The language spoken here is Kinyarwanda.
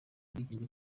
ubwigenge